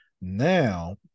Now